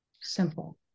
Simple